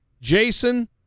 Jason